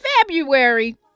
February